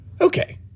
Okay